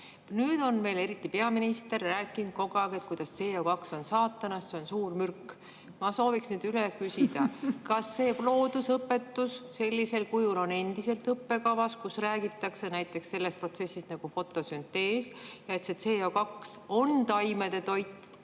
Nüüd on meil eriti peaminister rääkinud kogu aeg, kuidas CO2on saatanast, see on suur mürk. Ma sooviksin nüüd üle küsida: kas loodusõpetus sellisel kujul on endiselt õppekavas, kus räägitakse näiteks sellisest protsessist nagu fotosüntees, ja sellest, et CO2on taimede toit,